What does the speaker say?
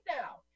now